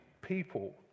people